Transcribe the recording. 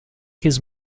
his